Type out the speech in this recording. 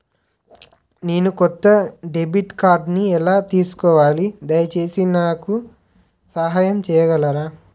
నేను కొత్త డెబిట్ కార్డ్ని ఎలా తీసుకోవాలి, దయచేసి నాకు సహాయం చేయగలరా?